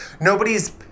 nobody's